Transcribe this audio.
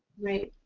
right?